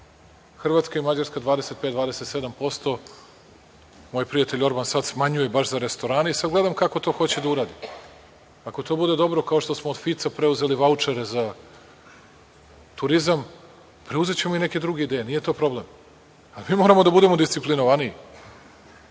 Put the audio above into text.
Hrvatska i Mađarska 25, 27%. Moj prijatelj Orvan sad smanjuje baš za restorane i sad gledam kako to hoće da uradi. Ako to bude dobro, kao što smo od Finca preuzeli vaučere za turizam, preuzećemo i neke druge ideje, nije to problem. Ali moramo da budemo disciplinovaniji. Znate